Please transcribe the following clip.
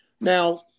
now